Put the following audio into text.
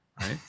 right